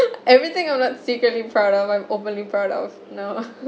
everything I'm not secretly proud of I'm openly proud of you know